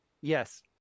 Yes